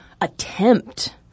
attempt